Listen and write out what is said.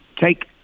take